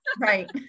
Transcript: Right